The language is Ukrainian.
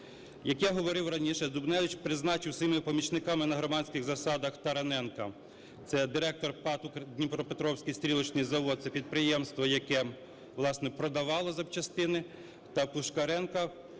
Як я говорив раніше, Дубневич призначив своїми помічниками на громадських засадах: Тараненка - це директор ПАТ "Дніпропетровський стрілочний завод", це підприємство, яке, власне, продавало запчастини; та Пушкаренка